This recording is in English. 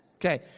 Okay